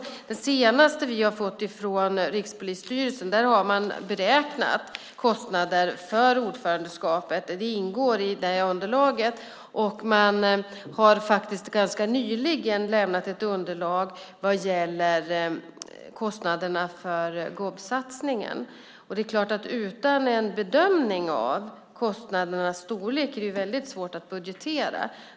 I det senaste som vi fått från Rikspolisstyrelsen har man beräknat kostnader för ordförandeskapet; det ingår i underlaget. Man har ganska nyligen avlämnat ett underlag vad gäller kostnaderna för GOB-satsningen. Det är klart att det utan en bedömning av kostnadernas storlek är väldigt svårt att budgetera.